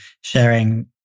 sharing